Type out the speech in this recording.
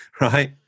right